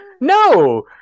No